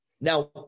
Now